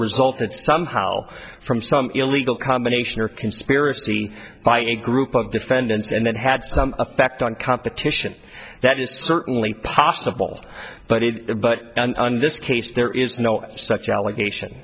resulted somehow from some illegal combination or conspiracy by a group of defendants and that had some effect on competition that is certainly possible but it but in this case there is no such